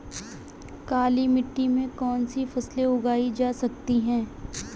काली मिट्टी में कौनसी फसलें उगाई जा सकती हैं?